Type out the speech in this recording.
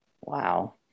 Wow